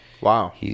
Wow